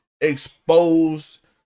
exposed